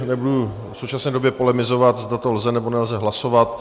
Nebudu v současné době polemizovat, zda to lze, nebo nelze hlasovat.